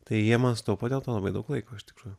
tai jie man sutaupo dėl to labai daug laiko iš tikrųjų